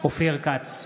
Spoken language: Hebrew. אופיר כץ,